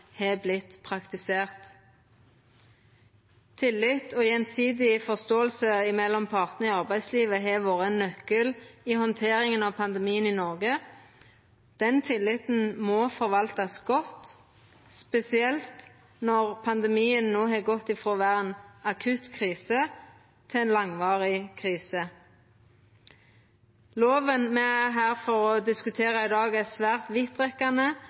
Tillit og gjensidig forståing mellom partane i arbeidslivet har vore ein nøkkel i handteringa av pandemien i Noreg. Den tilliten må forvaltast godt, spesielt når pandemien har gått frå å vera ein akutt krise til ein langvarig krise. Loven me er her for å diskutera i dag, er svært